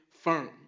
firm